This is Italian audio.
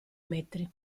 metri